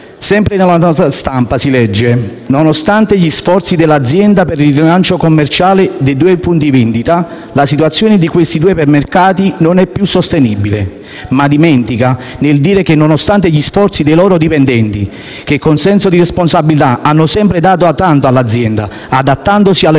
Sempre nella nota stampa si legge: «Nonostante gli sforzi dell’azienda per il rilancio commerciale dei due punti vendita, la situazione di questi due ipermercati non è più sostenibile». Ma ci si dimentica di dire che, nonostante gli sforzi dei dipendenti, che con senso di responsabilità hanno sempre dato tanto all’azienda adattandosi alle numerose